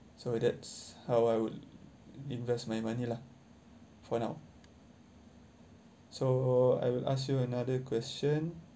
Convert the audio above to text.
so that's how I would invest my money lah for now so I will ask you another question